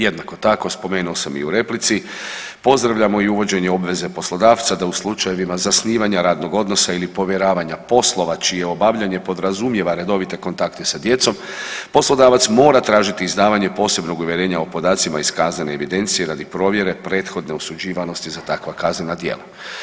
Jednako tako spomenuo sam i u replici pozdravljamo i uvođenje obveze poslodavca da u slučajevima zasnivanja radnog odnosa ili povjeravanja poslova čije obavljanje podrazumijeva redovite kontakte sa djecom poslodavac mora tražiti izdavanje posebnog uvjerenja o podacima iz kaznene evidencije radi provjere prethodne osuđivanosti za takva kaznena djela.